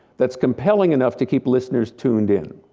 that's compelling enough to keep listeners tuned in,